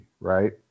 right